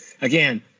again